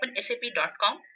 opensap.com